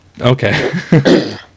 okay